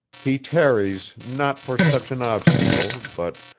he tarries not for such an obstacle, but,